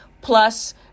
plus